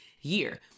year